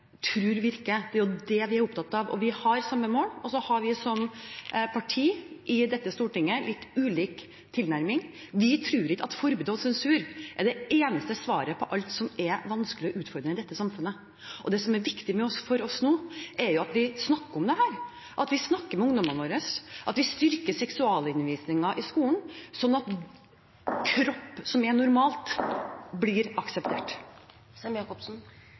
Det er vi opptatt av. Vi har samme mål, og så har vi, som partier på Stortinget, litt ulik tilnærming. Vi tror ikke at forbud og sensur er det eneste svaret på alt som er vanskelig og utfordrende i dette samfunnet. Det som er viktig for oss nå, er at vi snakker om dette, at vi snakker med ungdommene våre, og at vi styrker seksualundervisningen i skolen, slik at en kropp som er normal, blir akseptert.